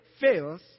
fails